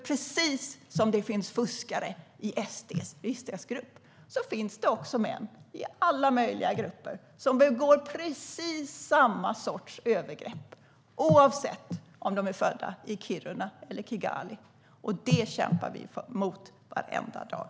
Precis om det finns fuskare i SD:s riksdagsgrupp finns det också män i alla möjliga grupper som begår precis samma sorts övergrepp, avsett om de är födda i Kiruna eller i Kigali. Det kämpar vi mot varje dag.